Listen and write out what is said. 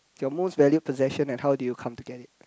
your most valued possession and how do you come to get it